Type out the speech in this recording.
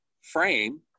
frame